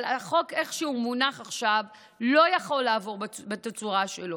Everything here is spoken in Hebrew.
החוק איך שהוא מונח עכשיו לא יכול לעבור בתצורה שלו.